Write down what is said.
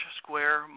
square